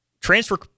transfer